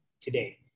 today